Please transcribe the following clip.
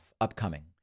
upcoming